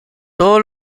todo